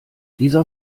dieser